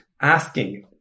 asking